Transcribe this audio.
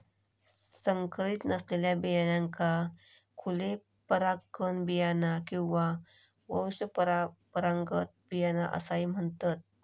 संकरीत नसलेल्या बियाण्यांका खुले परागकण बियाणा किंवा वंशपरंपरागत बियाणा असाही म्हणतत